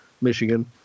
Michigan